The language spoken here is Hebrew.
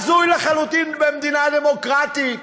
הזוי לחלוטין, במדינה דמוקרטית.